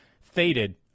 faded